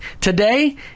Today